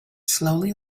slowly